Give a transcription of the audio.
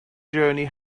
journey